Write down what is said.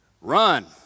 run